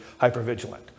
hypervigilant